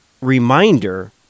reminder